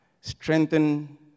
strengthen